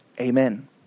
amen